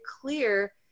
clear